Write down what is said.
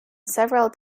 several